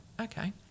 okay